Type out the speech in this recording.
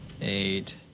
eight